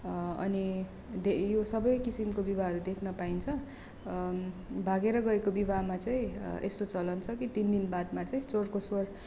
अनि यो सबै किसिमको विवाहहरू देख्न पाइन्छ भागेर गएको बिवाहमा चाहिँ यस्तो चलन छ कि तिन दिन बादमा चाहिँ चोरको सोर